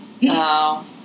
No